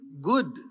good